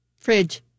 Fridge